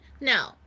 No